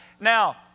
Now